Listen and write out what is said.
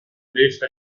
unisce